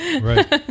Right